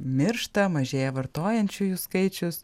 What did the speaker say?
miršta mažėja vartojančiųjų skaičius